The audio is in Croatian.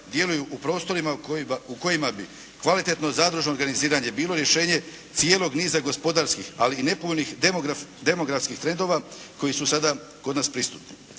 u prostorima u kojima bi kvalitetno zadružno organiziranje bilo rješenje cijelog niza gospodarskih ali i nepovoljnih demografskih trendova koji su sada kod nas prisutni.